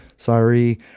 sorry